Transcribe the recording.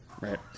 right